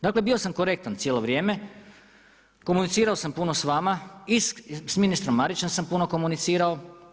Dakle bio sam korektan cijelo vrijeme, komunicirao sam puno s vama i s ministrom Marićem sam puno komunicirao.